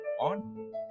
on